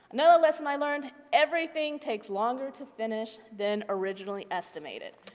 another lesson i learned, everything takes longer to finish then originally estimated.